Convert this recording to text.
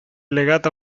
legata